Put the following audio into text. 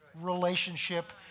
relationship